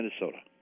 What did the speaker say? Minnesota